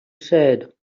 said